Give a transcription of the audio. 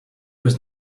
was